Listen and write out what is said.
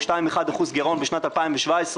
עם 2.1% גרעון בשנת 2017,